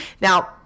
now